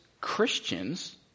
Christians